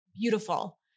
beautiful